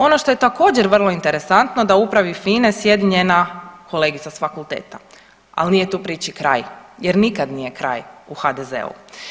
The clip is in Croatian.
Ono što je također vrlo interesantno da u upravi FINA-e sjedi njena kolegica s fakulteta, al nije tu priči kraj jer nikad nije kraj u HDZ-u.